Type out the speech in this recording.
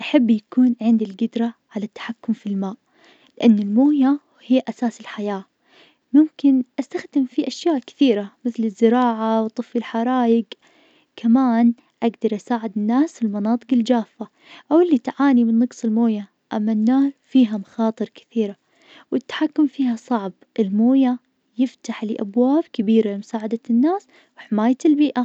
أحب يكون عندي القدرة على التحكم في الماء, لأن المويا هي أساس الحياة, ممكن استخدم في أشياء كثيرة مثل الزراعة واطفي الحرايق, كمان أقدر أساعد الناس في المناطق الجافة, أو اللي تعاني من نقص المويه, أما النار فيها مخاطر كثيرة, والتحكم فيها صعب, المويه يفتحلي أبواب كبيرة لمساعدة الناس, وحماية البيئة.